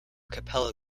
capella